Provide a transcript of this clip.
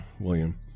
William